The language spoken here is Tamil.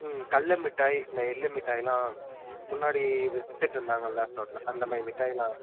ம் கடல மிட்டாய் இந்த எல்லு மிட்டாயெலாம் முன்னாடி வி விற்றுட்ருந்தாங்கள்ல ரோட்டில் அந்த மாதிரி மிட்டாயெலாம்